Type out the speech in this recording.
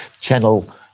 channel